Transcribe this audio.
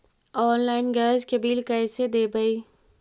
Online gas के bill कैसे देबै?